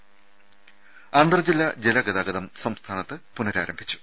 ത അന്തർ ജില്ലാ ജല ഗതാഗതം സംസ്ഥാനത്ത് പുനഃരാരംഭിച്ചു